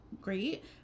great